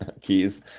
keys